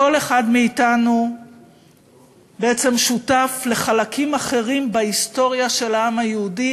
כל אחד מאתנו בעצם שותף לחלקים אחרים בהיסטוריה של העם היהודי.